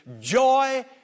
joy